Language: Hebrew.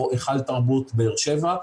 או היכל התרבות באר שבע,